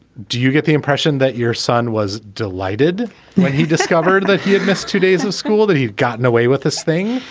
do you get the impression that your son was delighted when he discovered that he had missed two days of school, that he'd gotten away with this thing?